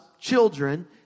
children